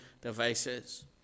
devices